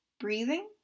breathing